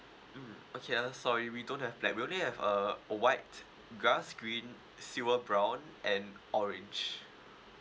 mm okay uh sorry we don't have black we only have uh uh white grass green silver brown and orange